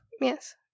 Yes